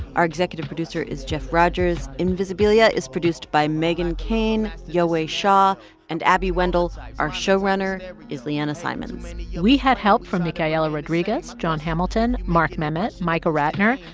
our executive producer is jeff rogers. invisibilia is produced by meghan keane, yowei shaw and abby wendle. our show runner is liana simonds we had help from micaela rodriguez, jon hamilton, mark memmott, micah ratner,